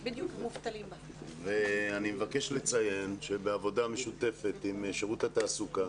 אני מבקש לציין שבעבודה משותפת עם שירות התעסוקה